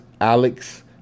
Alex